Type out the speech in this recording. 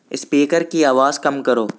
speaker کی آواز کم کرو